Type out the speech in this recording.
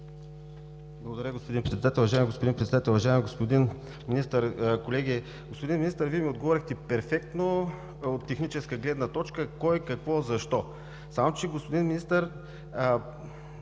Благодаря, господин Председател. Уважаеми господин Председател, уважаеми господин Министър, колеги! Господин Министър, Вие ми отговорихте перфектно от техническа гледна точка кой, какво, защо. Само че, господин Министър,